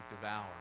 devour